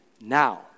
now